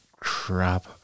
Crap